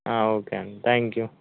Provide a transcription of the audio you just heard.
okay అండి thank you